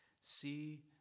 see